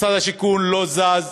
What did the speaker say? משרד השיכון לא זז,